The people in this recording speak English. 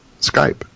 Skype